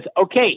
okay